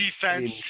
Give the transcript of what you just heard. defense